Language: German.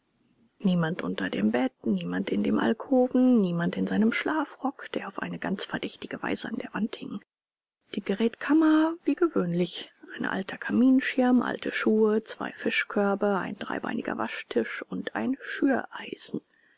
niemand unter dem bett niemand in dem alkoven niemand in seinem schlafrock der auf eine ganz verdächtige weise an der wand hing die gerätkammer wie gewöhnlich ein alter kaminschirm alte schuhe zwei fischkörbe ein dreibeiniger waschtisch und ein schüreisen